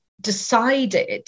decided